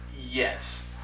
Yes